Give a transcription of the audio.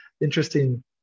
interesting